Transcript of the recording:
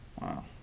Wow